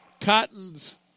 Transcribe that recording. cotton's